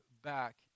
back